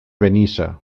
benissa